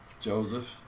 Joseph